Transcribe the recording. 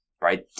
right